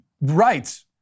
right